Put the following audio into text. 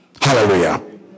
Hallelujah